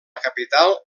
capital